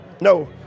no